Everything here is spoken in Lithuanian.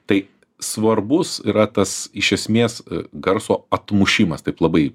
tai svarbus yra tas iš esmės garso atmušimas taip labai